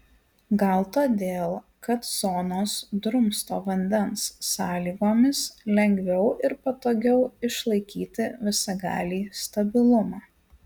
gal todėl kad zonos drumsto vandens sąlygomis lengviau ir patogiau išlaikyti visagalį stabilumą